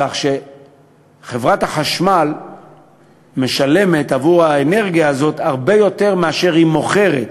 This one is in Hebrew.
כך שחברת החשמל משלמת עבור האנרגיה הזאת הרבה יותר מאשר היא מוכרת,